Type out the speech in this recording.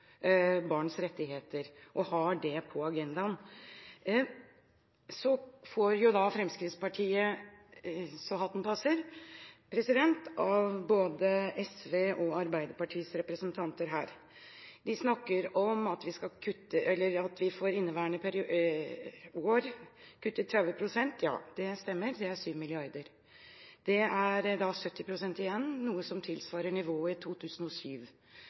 barns rettigheter og har det på agendaen. Så får Fremskrittspartiet så hatten passer av både SVs og Arbeiderpartiets representanter her. De snakker om at vi for inneværende år kutter 30 pst. – det stemmer, det er 7 mrd. kr. Det er da 70 pst. igjen, noe som tilsvarer nivået i 2007.